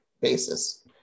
basis